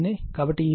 కాబట్టి ఈ విలువ 115